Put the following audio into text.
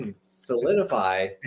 solidify